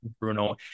Bruno